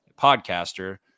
podcaster